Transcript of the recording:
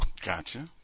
Gotcha